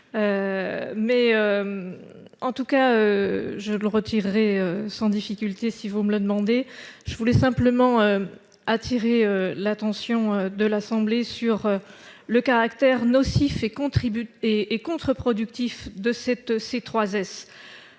qu'il en soit, je le retirerai sans difficulté si on me le demande. Je voulais simplement attirer l'attention de notre Haute Assemblée sur le caractère nocif et contre-productif de la C3S.